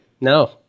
No